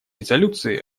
резолюции